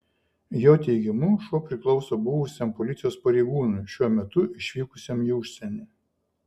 jo teigimu šuo priklauso buvusiam policijos pareigūnui šiuo metu išvykusiam į užsienį